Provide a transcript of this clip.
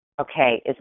okay